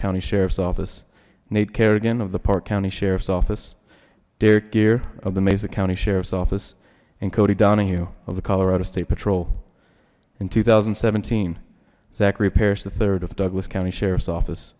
county sheriff's office nate kerrigan of the parke county sheriff's office derek gear of the mesa county sheriff's office and kody donahue of the colorado state patrol in two thousand and seventeen zachary parrish the third of douglas county sheriff's office